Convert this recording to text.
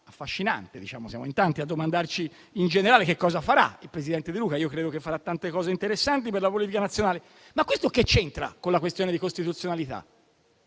affascinante, perché siamo in tanti a domandarci, in generale, che cosa farà il presidente De Luca. Io credo che farà tante cose interessanti per la politica nazionale, ma questo che c'entra con la questione di costituzionalità?